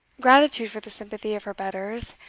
gratitude for the sympathy of her betters,